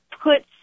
puts